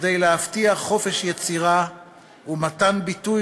כדי להבטיח חופש יצירה ומתן ביטוי